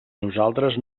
nosaltres